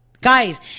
Guys